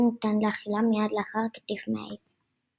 ניתן לאכילה מיד לאחר הקטיף מהעץ.